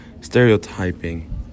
stereotyping